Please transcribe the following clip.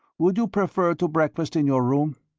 would you prefer to breakfast in your room?